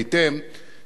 בכל זאת,